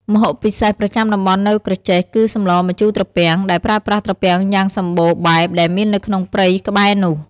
ម្ហូបពិសេសប្រចាំតំបន់នៅក្រចេះគឺសម្លម្ជូរត្រពាំង ដែលប្រើប្រាស់ត្រពាំងយ៉ាងសំបូរបែបដែលមាននៅក្នុងព្រៃក្បែរនោះ។